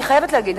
אני חייבת להגיד.